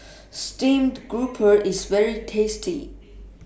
Steamed Grouper IS very tasty